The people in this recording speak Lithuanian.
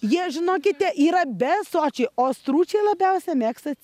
jie žinokite yra besočiai o stručiai labiausia mėgsta